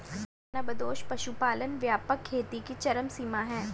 खानाबदोश पशुपालन व्यापक खेती की चरम सीमा है